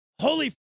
holy